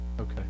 Okay